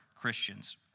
Christians